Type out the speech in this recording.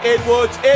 Edwards